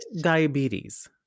diabetes